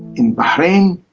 in bahrain,